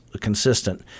consistent